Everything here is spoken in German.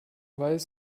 weiß